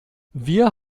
wir